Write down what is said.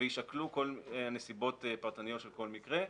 אלא יישקלו הנסיבות הפרטניות של כל מקרה.